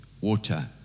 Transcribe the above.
water